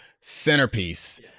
centerpiece